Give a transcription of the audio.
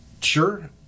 Sure